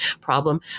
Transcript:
problem